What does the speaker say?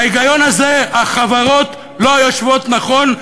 בהיגיון הזה החברות לא יושבות נכון,